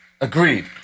Agreed